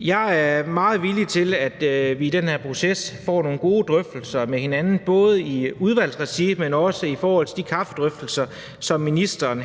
Jeg er meget villig til, at vi i den her proces får nogle gode drøftelser med hinanden både i udvalgsregi, men også i forhold til de kaffedrøftelser, som ministeren